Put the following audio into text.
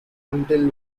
until